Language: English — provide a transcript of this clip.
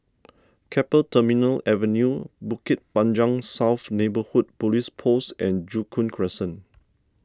Keppel Terminal Avenue Bukit Panjang South Neighbourhood Police Post and Joo Koon Crescent